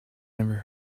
never